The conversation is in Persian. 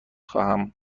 خواهم